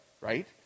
right